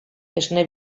esne